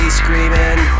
screaming